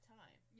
time